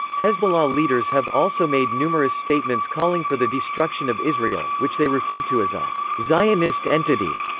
hezbollah leaders have also made numerous statements calling for the destruction of israel, which they refer to as a zionist entity.